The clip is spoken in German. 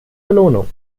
belohnung